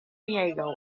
diego